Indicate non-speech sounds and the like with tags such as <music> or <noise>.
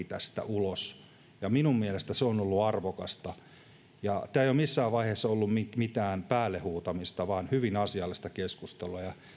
<unintelligible> tästä ulos ja minun mielestäni se on ollut arvokasta tämä ei ole missään vaiheessa ollut mitään päälle huutamista vaan hyvin asiallista keskustelua ja